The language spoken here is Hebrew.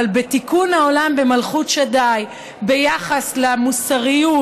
אבל בתיקון העולם במלכות שדי ביחס למוסריות,